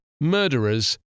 murderers